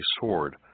sword